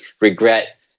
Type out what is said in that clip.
regret